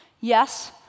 Yes